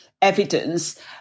Evidence